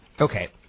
Okay